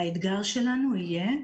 האתגר שלנו יהיה,